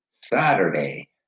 saturday